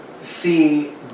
see